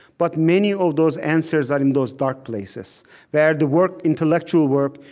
but many of those answers are in those dark places where the work intellectual work,